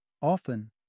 Often